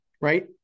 right